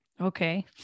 Okay